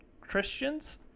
christians